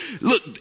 look